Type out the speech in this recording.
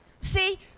see